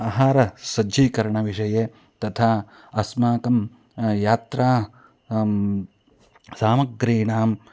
आहारसज्जीकरणविषये तथा अस्माकं यात्रा सामग्रीणां